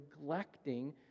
neglecting